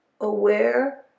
aware